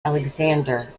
alexander